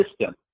system